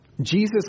Jesus